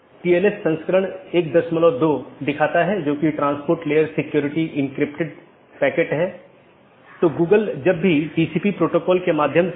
तो इस ईजीपी या बाहरी गेटवे प्रोटोकॉल के लिए लोकप्रिय प्रोटोकॉल सीमा गेटवे प्रोटोकॉल या BGP है